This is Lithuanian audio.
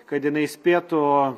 kad jinai spėtų